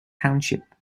township